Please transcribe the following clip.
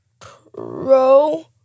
Pro